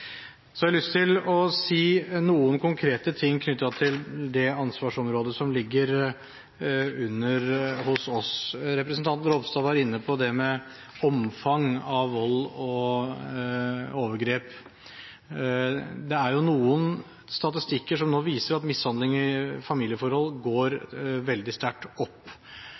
Så har jeg lyst til å si noen konkrete ting knyttet til det ansvarsområdet som ligger under oss. Representanten Ropstad var inne på det med omfang av vold og overgrep. Det er jo noen statistikker som nå viser at antallet tilfeller av mishandling i familieforhold går veldig sterkt opp,